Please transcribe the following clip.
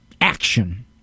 action